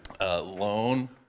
loan